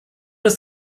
ist